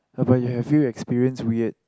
about you have few experiences weird